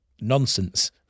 nonsense